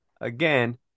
again